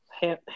Ham